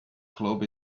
club